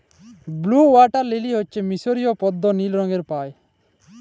blue water lily হচ্যে মিসরীয় পদ্দা লিল রঙের পায়